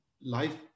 life